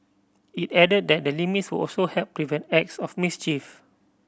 it added that the limits would also help prevent acts of mischief